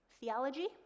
theology